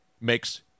makes